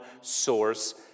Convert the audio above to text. source